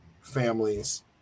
families